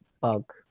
bug